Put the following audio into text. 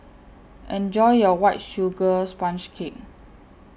Enjoy your White Sugar Sponge Cake